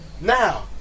Now